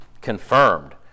confirmed